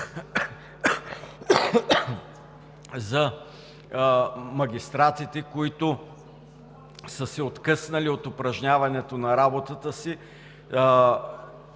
за магистратите, които са се откъснали от упражняването на работата си,